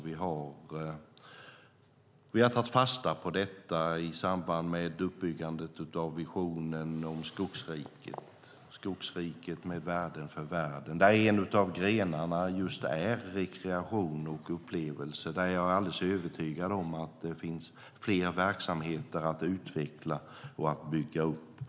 Vi har tagit fasta på detta i samband med uppbyggandet av visionen om skogsriket med värden för världen. Där är en av grenarna just rekreation och upplevelse. Jag är alldeles övertygad om att det finns fler verksamheter att utveckla och bygga upp där.